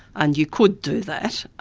and you could do that.